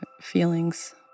feelings